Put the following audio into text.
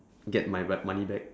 get my ba~ my money back